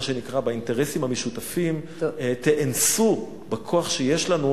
שנקרא באינטרסים המשותפים תאנסו בכוח שיש לנו,